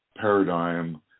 paradigm